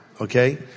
Okay